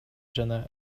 жана